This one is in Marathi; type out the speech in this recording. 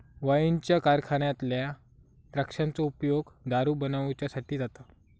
वाईनच्या कारखान्यातल्या द्राक्षांचो उपयोग दारू बनवच्यासाठी जाता